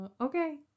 okay